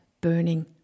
burning